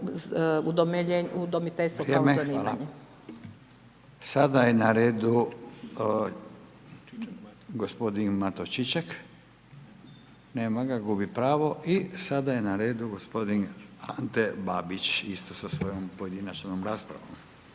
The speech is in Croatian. Furio (Nezavisni)** Vrijeme. Sada je na redu gospodin Mato Čičak, nema gubi, gubi pravo. I sada je na redu gospodin Ante Babić, isto sa svojom pojedinačnom raspravom.